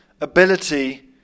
ability